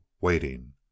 waiting